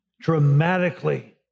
dramatically